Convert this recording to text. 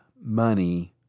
money